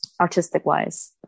artistic-wise